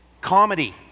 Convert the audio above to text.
comedy